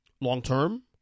long-term